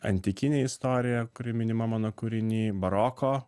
antikinę istoriją kuri minima mano kūriny baroko